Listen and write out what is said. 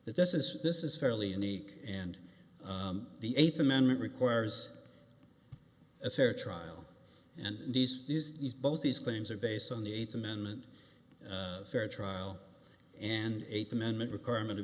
that this is this is fairly unique and the eighth amendment requires a fair trial and these these these both these claims are based on the eighth amendment fair trial and eighth amendment requirement of